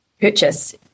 purchase